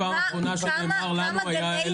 גני ילדים פעם אחרונה שנאמר לנו היה 1,700. כמה